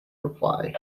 reply